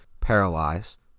paralyzed